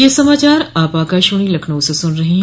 ब्रे क यह समाचार आप आकाशवाणी लखनऊ से सुन रहे हैं